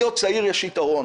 להיות צעיר יש יתרון.